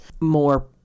more